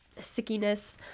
sickiness